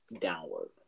downward